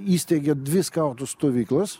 įsteigė dvi skautų stovyklas